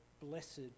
blessed